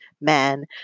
man